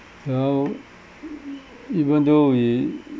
well even though we